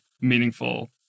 meaningful